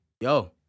Yo